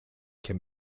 can